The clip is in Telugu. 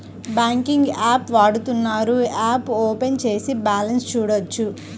బ్యాంకింగ్ యాప్ వాడుతున్నవారు యాప్ ఓపెన్ చేసి బ్యాలెన్స్ చూడొచ్చు